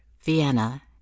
Vienna